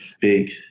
big